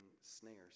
snares